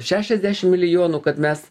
šešiasdešim milijonų kad mes